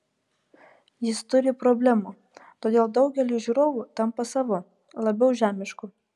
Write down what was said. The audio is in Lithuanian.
jis turi problemų todėl daugeliui žiūrovų tampa savu labiau žemišku